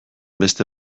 beste